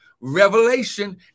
revelation